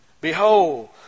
Behold